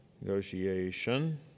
Negotiation